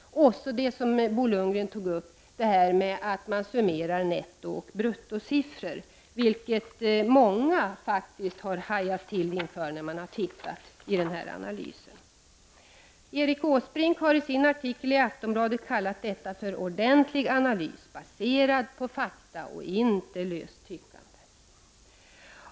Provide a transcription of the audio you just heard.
Dessutom tillkommer det som Bo Lundgren tog upp här, nämligen att man har summerat netto och brutto. Det har många som har tittat på den här analysen hajat till inför. Erik Åsbrink har i sin artikel i Aftonbladet kallat detta för en ordentlig analys, baserad på fakta och inte på löst tyckande.